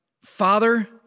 Father